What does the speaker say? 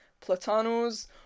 platanos